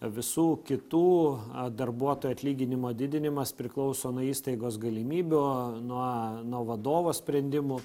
visų kitų darbuotojų atlyginimo didinimas priklauso nuo įstaigos galimybių nuo nuo vadovo sprendimų